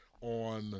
on